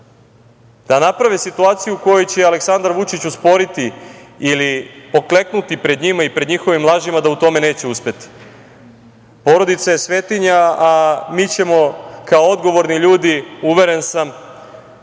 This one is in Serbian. da naprave situaciju u kojoj će Aleksandar Vučić usporiti ili pokleknuti pred njima i pred njihovim lažima, u tome neće uspeti. Porodica je svetinja, a mi ćemo kao odgovorni ljudi, uveren sam,